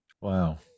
Wow